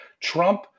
trump